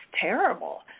terrible